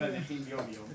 יום יום